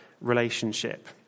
relationship